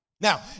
Now